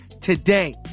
today